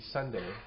Sunday